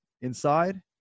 inside